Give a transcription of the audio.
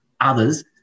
Others